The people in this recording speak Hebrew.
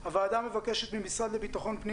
הוועדה מבקשת מהמשרד לביטחון הפנים